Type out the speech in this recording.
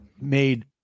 made